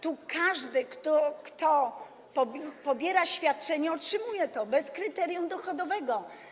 Tu każdy, kto pobiera świadczenie, otrzymuje to bez kryterium dochodowego.